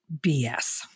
BS